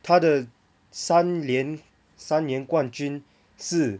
他的三连三年冠军是